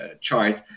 chart